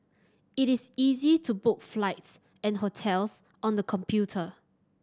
it is easy to book flights and hotels on the computer